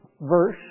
verse